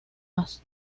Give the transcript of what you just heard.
más